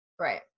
Right